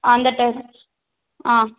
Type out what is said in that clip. அந்த ட்ரெயின் ஆ